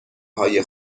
های